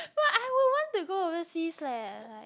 but I would want to go overseas leh like